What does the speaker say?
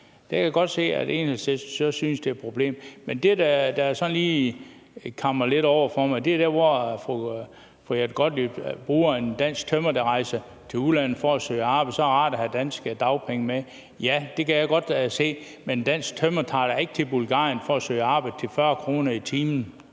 Det kan jeg godt se at Enhedslistens synes er et problem. Der, hvor jeg så synes det kammer lidt over, er, når fru Jette Gottlieb bruger som eksempel, at for en dansk tømrer, der rejser til udlandet for at søge arbejde, er det rart have danske dagpenge med. Ja, det kan jeg godt se, men en dansk tømrer tager da ikke til Bulgarien for at søge arbejde til 40 kr. i timen.